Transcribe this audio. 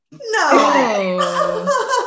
No